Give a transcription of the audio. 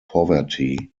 poverty